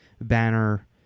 Banner